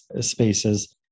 spaces